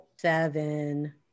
Seven